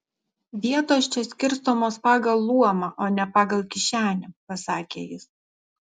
vietos čia skirstomos pagal luomą o ne pagal kišenę pasakė jis